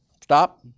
Stop